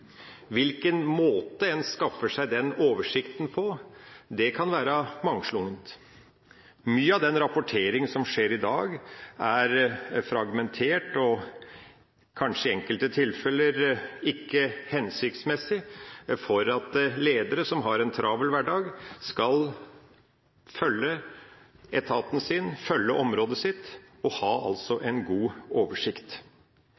hvilken måte en skaffer seg den oversikten, kan være mangslungen. Mye av den rapporteringen som skjer i dag, er fragmentert og kanskje i enkelte tilfeller ikke hensiktsmessig for at ledere som har en travel hverdag, skal følge etaten sin, følge området sitt og ha